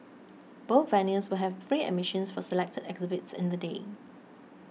both venues will have free admissions for selected exhibits in the day